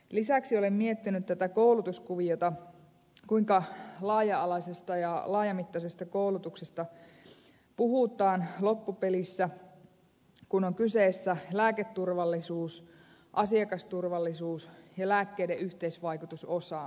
lisäksi olen miettinyt tätä koulutuskuviota kuinka laaja alaisesta ja laajamittaisesta koulutuksesta puhutaan loppupelissä kun on kyseessä lääketurvallisuus asiakasturvallisuus ja lääkkeiden yhteisvaikutusosaaminen